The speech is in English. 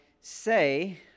say